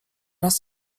raz